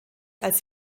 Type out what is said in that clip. als